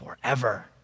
forever